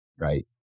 Right